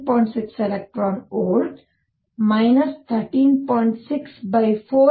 6 eV 13